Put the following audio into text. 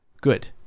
good